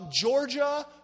Georgia